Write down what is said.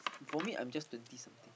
for me I'm just twenty something